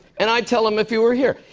and i'd tell him if he were here.